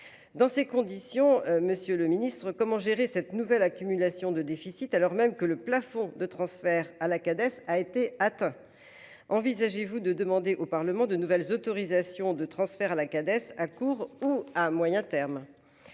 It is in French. Dans ces conditions, monsieur le Ministre, comment gérer cette nouvelle accumulation de déficit alors même que le plafond de transfert à la cadette a été atteint. Envisagez-vous de demander au Parlement de nouvelles autorisations de transfert à la cadette à court ou à moyen terme.